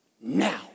now